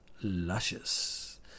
luscious